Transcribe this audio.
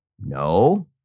No